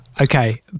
Okay